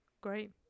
Great